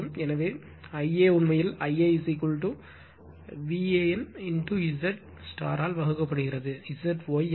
எனவே Ia உண்மையில் Ia VAN Z star ஆல் வகுக்கப்படுகிறது ZY அல்ல